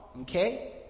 okay